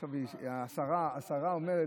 עכשיו השרה אומרת,